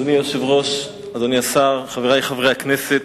אדוני היושב-ראש, אדוני השר, חברי חברי הכנסת,